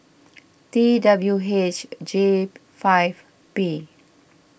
T W H J five P